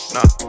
Nah